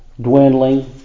dwindling